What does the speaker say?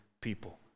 people